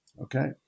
Okay